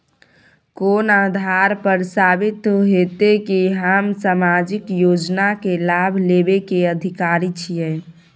कोन आधार पर साबित हेते की हम सामाजिक योजना के लाभ लेबे के अधिकारी छिये?